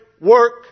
work